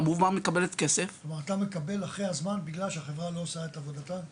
אתה מקבל אחרי הזמן בגלל שהחברה לא עושה את עבודתה?